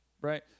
right